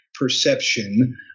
perception